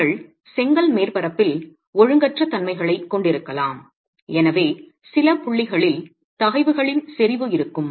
நீங்கள் செங்கல் மேற்பரப்பில் ஒழுங்கற்ற தன்மைகளைக் கொண்டிருக்கலாம் எனவே சில புள்ளிகளில் தகைவுகளின் செறிவு இருக்கும்